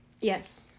Yes